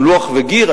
עם לוח וגיר,